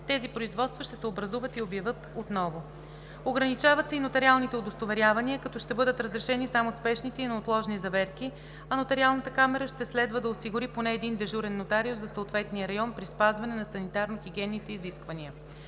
тези производства ще се образуват и обявяват отново. Ограничават се и нотариалните удостоверявания, като ще бъдат разрешени само спешните и неотложни заверки, а Нотариалната камара ще следва да осигури поне един дежурен нотариус за съответния район при спазване на санитарно-хигиенните изисквания.